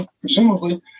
presumably